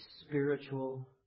spiritual